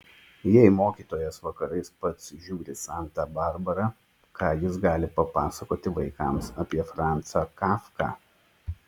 jei mokytojas vakarais pats žiūri santą barbarą ką jis gali papasakoti vaikams apie franzą kafką